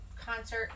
concert